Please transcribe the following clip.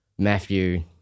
Matthew